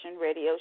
Radio